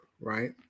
right